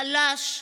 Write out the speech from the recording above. חלש,